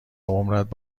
عمرت